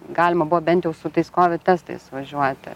galima buvo bent jau su tais kovid testais važiuoti